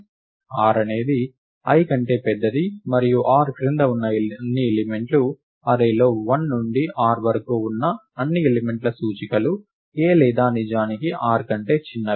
r అనేది i కంటే పెద్దది మరియు r క్రింద ఉన్న అన్ని ఎలిమెంట్లు అర్రేలో 1 నుండి r వరకు ఉన్న అన్ని ఎలిమెంట్ల సూచికలు a లేదా నిజానికి r కంటే చిన్నవి